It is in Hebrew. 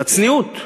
את הצניעות,